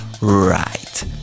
Right